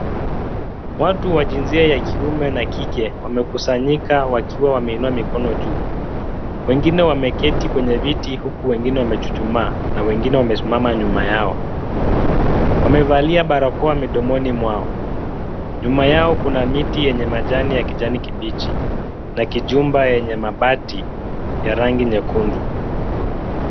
Watu wa jinsia ya kiume na kike wamekusanyika wakiwa wameinua mikono juu, wengine wameketi kwenye viti huku wengine wamechuchuma na wengine wamesimama nyuma yao. Wamevalia barakoa midomoni mwao. Nyuma yao kuna miti yenye majani ya kijani kibichi na kijumba yenye mabati ya rangi nyekundu.